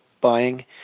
buying